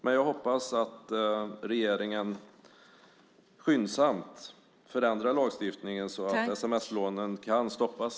Men jag hoppas att regeringen skyndsamt förändrar lagstiftningen, så att sms-lånen kan stoppas.